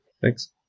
Thanks